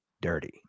dirty